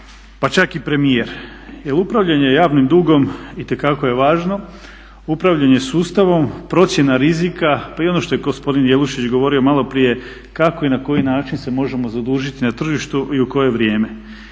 pa čak i premijer. Jer upravljanje javnim dugom itekako je važno, upravljanje sustavom, procjena rizika pa i ono što je gospodin Jelušić govorio malo prije kako i na koji način se možemo zadužiti na tržištu i u koje vrijeme.